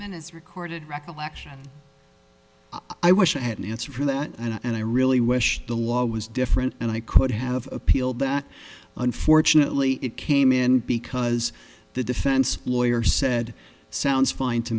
it's recorded recollection i wish i had an answer for that and i really wish the law was different and i could have appealed that unfortunately it came in because the defense lawyer said sounds fine to